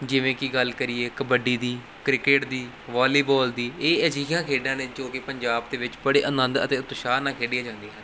ਜਿਵੇਂ ਕਿ ਗੱਲ ਕਰੀਏ ਕਬੱਡੀ ਦੀ ਕ੍ਰਿਕਟ ਦੀ ਵੋਲੀਬਾਲ ਦੀ ਇਹ ਅਜਿਹੀਆਂ ਖੇਡਾਂ ਨੇ ਜੋ ਕਿ ਪੰਜਾਬ ਦੇ ਵਿੱਚ ਬੜੇ ਆਨੰਦ ਅਤੇ ਉਤਸ਼ਾਹ ਨਾਲ ਖੇਡੀਆਂ ਜਾਂਦੀਆਂ ਹਨ